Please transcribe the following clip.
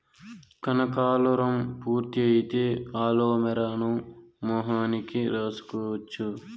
కనకాలురం పూర్తి అయితే అలోవెరాను మొహానికి రాసుకోవచ్చు